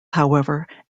however